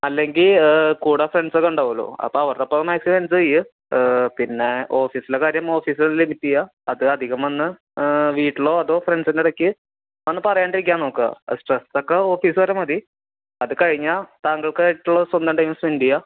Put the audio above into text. അല്ലെങ്കിൽ കൂടെ ഫ്രണ്ട്സൊക്കെ ഉണ്ടാവുമല്ലോ അപ്പം അവരോടൊപ്പം മാക്സിമം എഞ്ചോയ് ചെയ്യു പിന്നെ ഓഫീസിലെ കാര്യം ഓഫീസിൽ ലിമിറ്റ് ചെയ്യുക അത് അധികം വന്നാൽ വീട്ടിലോ അതോ ഫ്രണ്ട്സിൻ്റെടയ്ക്ക് വന്ന് പറയാണ്ടിരിക്കാൻ നോക്കുക അത് സ്ട്രെസ്സൊക്കെ ഓഫീസ് വരെ മതി അത് കഴിഞ്ഞാൽ താങ്കൾക്കായിട്ടുള്ള സ്വന്തം ടൈമ് സ്പെൻഡ് ചെയ്യുക